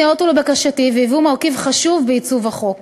הם ניאותו לבקשתי והביאו מרכיב חשוב לעיצוב החוק.